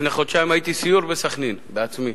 ולפני חודשיים הייתי בסיור בסח'נין בעצמי.